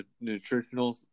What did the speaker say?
nutritional